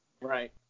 Right